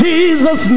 Jesus